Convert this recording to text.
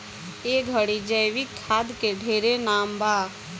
ए घड़ी जैविक खाद के ढेरे नाम बा